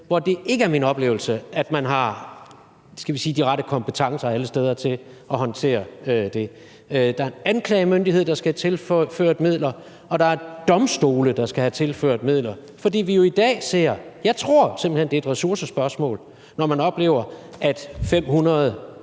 hvor det ikke er min oplevelse, at man har de rette kompetencer alle steder til at håndtere det. Der er en anklagemyndighed, der skal have tilført midler, og der er domstole, der skal have tilført midler. Vi ser jo i dag, og jeg tror simpelt hen, at det er et ressourcespørgsmål, at man oplever, at 400